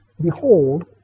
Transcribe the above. Behold